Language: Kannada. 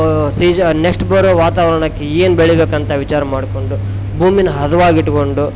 ಸೀಜ ನೆಕ್ಸ್ಟ್ ಬರೋ ವಾತಾವರಣಕ್ಕೆ ಏನು ಬೆಳಿಬೇಕಂತ ವಿಚಾರ ಮಾಡಿಕೊಂಡು ಭೂಮಿನ ಹದ್ವಾಗಿ ಇಟ್ಟುಕೊಂಡು